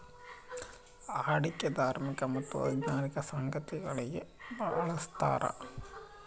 ಅಡಿಕೆ ಧಾರ್ಮಿಕ ಮತ್ತು ವೈಜ್ಞಾನಿಕ ಸಂಗತಿಗಳಿಗೆ ಬಳಸ್ತಾರ